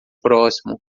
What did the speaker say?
próximo